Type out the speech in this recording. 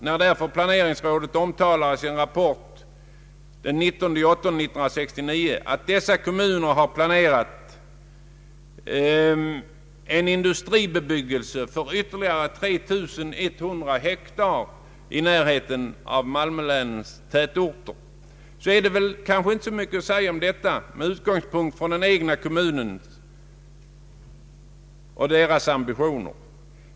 När därför planeringsrådet omtalar i sin rapport av den 19 augusti 1969 att dessa kommuner har planerat en industribebyggelse på ytterligare 3 100 hektar i närheten av Malmöhus läns tätorter är det väl inte mycket att säga därom, med utgångspunkt från den egna kommunens ambitioner.